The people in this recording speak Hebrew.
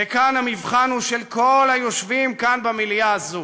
וכאן המבחן הוא של כל היושבים כאן, במליאה הזאת.